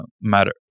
matter